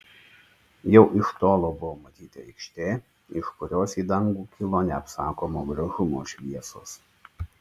jau iš tolo buvo matyti aikštė iš kurios į dangų kilo neapsakomo gražumo šviesos